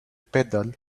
pedal